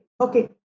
okay